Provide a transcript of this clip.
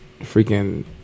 freaking